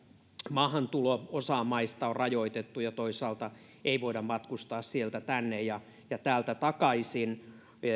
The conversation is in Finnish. maahantuloa osaan maista on rajoitettu ja toisaalta ei voida matkustaa sieltä tänne ja ja täältä takaisin